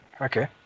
okay